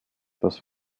das